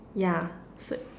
yeah so